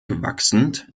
wachsend